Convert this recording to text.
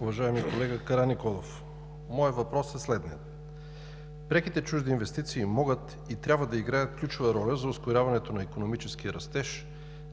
Уважаеми колега Караниколов! Моят въпрос е следният: преките чужди инвестиции могат и трябва да играят ключова роля за ускоряването на икономическия растеж,